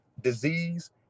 disease